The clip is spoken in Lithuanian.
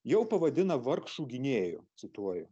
jau pavadina vargšų gynėju cituoju